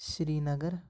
Srinagar